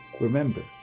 Remember